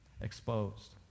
exposed